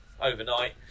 overnight